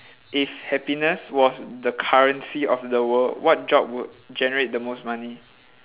if happiness was the currency of the world what job would generate the most money